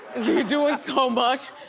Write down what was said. doin' so much?